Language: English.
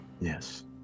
Yes